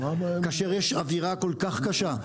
כאשר יש אווירה כל כך קשה,